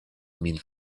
min